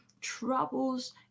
troubles